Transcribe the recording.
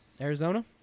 Arizona